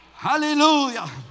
Hallelujah